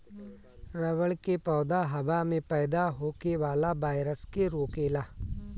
रबड़ के पौधा हवा में पैदा होखे वाला वायरस के रोकेला